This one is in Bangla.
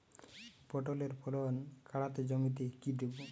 পটলের ফলন কাড়াতে জমিতে কি দেবো?